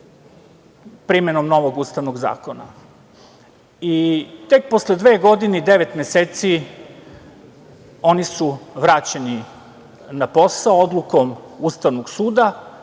primenom novog Ustavnog zakona. Tek posle dve godine i devet meseci oni su vraćeni na posao odlukom Ustavnog suda